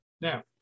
Now